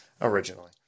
originally